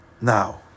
Now